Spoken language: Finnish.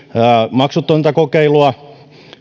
maksutonta kokeilua